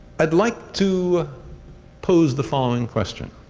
i'd like to pose the following question